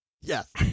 Yes